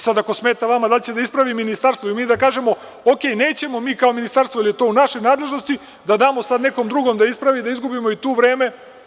Sada, ako smeta vama da li će da ispravi Ministarstvo i mi da kažemo, u redu, nećemo mi kao Ministarstvo jer je to u našoj nadležnosti da damo sada nekom drugom da ispravi, da izgubimo i tu vreme.